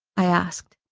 i asked.